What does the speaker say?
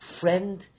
friend